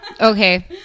okay